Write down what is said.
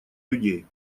людей